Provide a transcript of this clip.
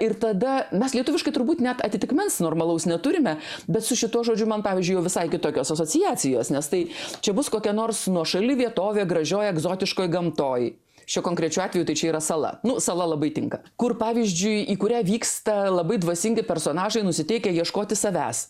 ir tada mes lietuviškai turbūt net atitikmens normalaus neturime bet su šituo žodžiu man pavyzdžiui jau visai kitokios asociacijos nes tai čia bus kokia nors nuošali vietovė gražioj egzotiškoj gamtoj šiuo konkrečiu atveju tai čia yra sala nu sala labai tinka kur pavyzdžiui į kurią vyksta labai dvasingi personažai nusiteikę ieškoti savęs